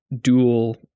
dual